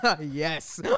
Yes